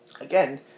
again